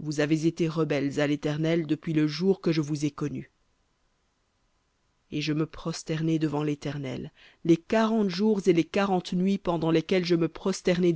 vous avez été rebelles à l'éternel depuis le jour que je vous ai connus v voir et je me prosternai devant l'éternel les quarante jours et les quarante nuits pendant lesquels je me prosternai